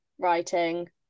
writing